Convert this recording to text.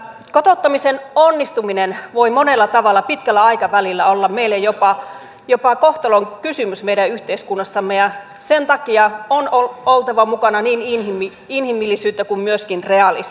kotouttamisen onnistuminen voi monella tavalla pitkällä aikavälillä olla meille jopa kohtalonkysymys meidän yhteiskunnassamme ja sen takia on oltava mukana niin inhimillisyyttä kuin myöskin realismia